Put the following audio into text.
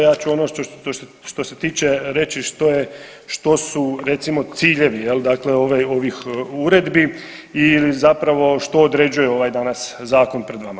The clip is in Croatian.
Ja ću ono što se tiče reći što su recimo ciljevi dakle ovih uredbi ili zapravo što određuje ovaj danas zakon pred nama.